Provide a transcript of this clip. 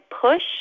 push